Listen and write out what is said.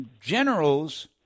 Generals